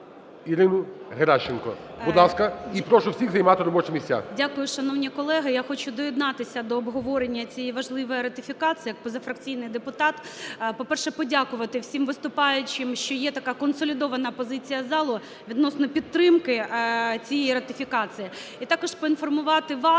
Ірину Геращенко. Будь ласка, і прошу всіх займати робочі місця. 11:29:46 ГЕРАЩЕНКО І.В. Дякую, шановні колеги, я хочу доєднатися до обговорення цієї важливої ратифікації як позафракційний депутат. По-перше, подякувати всім виступаючим, що є така консолідована позиція залу відносно підтримки цієї ратифікації. І також поінформувати вас